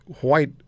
white